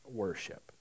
worship